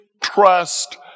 trust